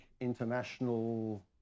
international